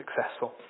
successful